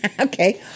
Okay